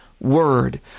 word